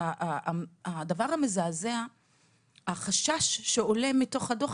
הדבר המזעזע והחשש שעולה מתוך הדוח